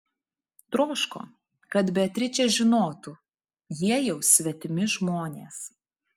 troško kad beatričė žinotų jie jau svetimi žmonės